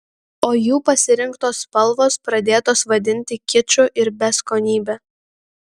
o jų pasirinktos spalvos pradėtos vadinti kiču ir beskonybe